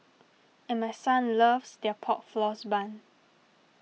and my son loves their pork floss bun